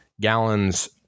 gallons